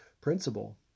principle